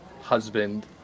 husband